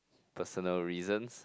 personal reasons